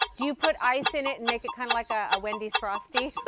do you put ice in it and make it kind of like a wendy's frosty.